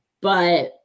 But-